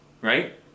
right